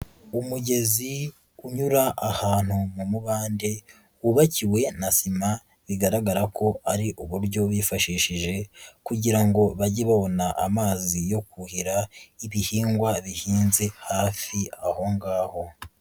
Umugezi unyura ahantu mu mubande wubakiwe na sima bigaragara ko ari uburyo bifashishije kugira ngo bage babona amazi yo kuhira ibihingwa bihinze hafi aho ngaho.